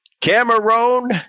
cameron